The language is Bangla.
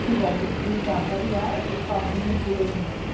ঠিক আছে তুই তাড়াতাড়ি আয় সব জিনিসগুলো নিয়ে